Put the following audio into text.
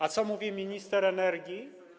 A co mówi minister energii?